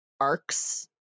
arcs